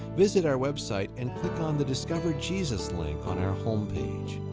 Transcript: visit our web site and click on the discover jesus link on our homepage.